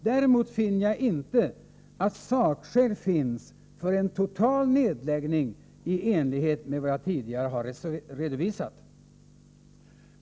Däremot finner jag inte att sakskäl finns för en total nedläggning i enlighet med vad jag tidigare redovisat.